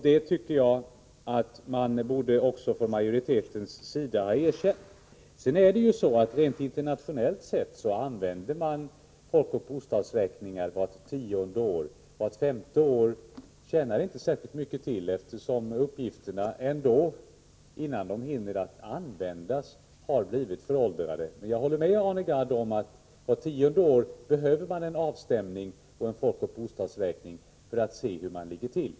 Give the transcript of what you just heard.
Jag tycker att man också från majoritetens sida borde ha erkänt det. I andra länder gör man folkoch bostadsräkningar vart tionde år. Att göra detta vart femte år tjänar inte särskilt mycket till, eftersom uppgifterna har blivit föråldrade innan de hinner att användas. Men jag håller med Arne Gadd om att man vart tionde år behöver en avstämning och en folkoch bostadsräkning för att se hur man ligger till.